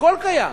הכול קיים,